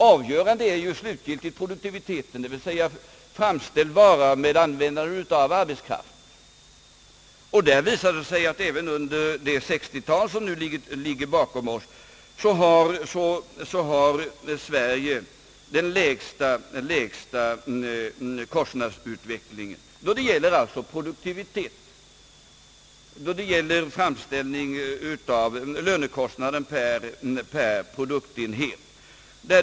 Avgörande är ju slutgiltigt produktiviteten, dvs. framställd vara med användande av arbetskraft. I det fallet visar det sig att även under det 1960 tal, som nu ligger bakom oss, har Sverige den lägsta kostnadsutvecklingen, alltså då det gäller lönekostnaden per produktenhet.